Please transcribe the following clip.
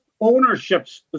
ownership's